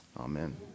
Amen